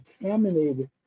contaminated